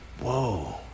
Whoa